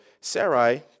Sarai